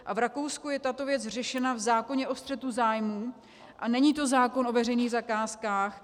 V Rakousku je tato věc řešena v zákoně o střetu zájmů a není to zákon o veřejných zakázkách.